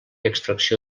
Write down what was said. extracció